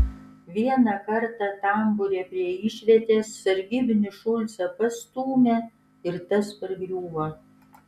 vieną kartą tambūre prie išvietės sargybinis šulcą pastūmė ir tas pargriuvo